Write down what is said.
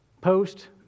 post